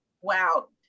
Wow